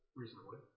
reasonably